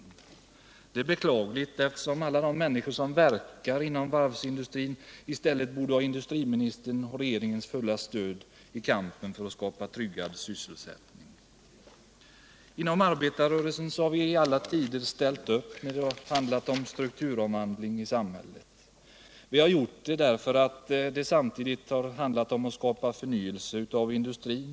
Detta är beklagligt, eftersom alla de människor som verkar inom varvsindustrin i stället borde ha industriministerns och regeringens fulla stöd i kampen för att skapa tryggad sysselsättning. Inom arbetarrörelsen har vi i alla tider ställt upp när det har handlat om strukturomvandlingar i samhället. Vi har gjort det därför att det samtidigt skapat förnyelse av industrin.